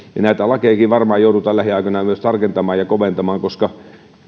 näitä lakejakin varmaan joudutaan lähiaikoina tarkentamaan ja koventamaan koska ikävä kyllä